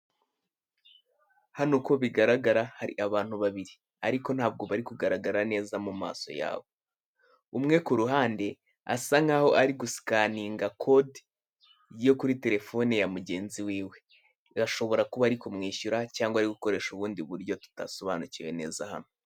Hano uko bigaragara hari abantu bariri ariko ntabwo bari kugargara neza mu maso yabo, uwo ku ruhande asa nk'aho ari gusikaninga kode yo kuri telefone ya mugenzi wiwe, ashobaora buba ari kumwishyura cyangwa ari gukoresha ubundi buryo tudasobanukiwe hano.